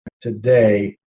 today